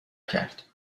کرد